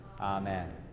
Amen